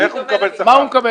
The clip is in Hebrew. איך הוא מקבל שכר?